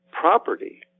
property